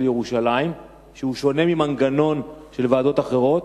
ירושלים שהוא שונה ממנגנון של ועדות אחרות?